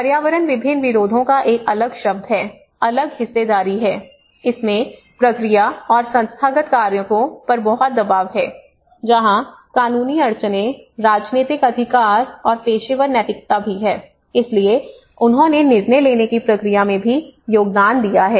पर्यावरण विभिन्न विरोधों का एक अलग शब्द है अलग हिस्सेदारी है इसमें प्रक्रिया और संस्थागत कारकों पर बहुत दबाव है जहां कानूनी अड़चनें राजनीतिक अधिकार और पेशेवर नैतिकता भी है इसलिए उन्होंने निर्णय लेने की प्रक्रिया में भी योगदान दिया है